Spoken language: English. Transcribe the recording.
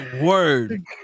Word